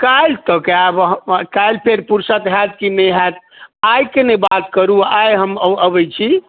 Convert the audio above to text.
काल्हि तक आबि काल्हि फेर फुरसत हैत कि नहि हैत आइके ने बात करू आइ हम अबय छी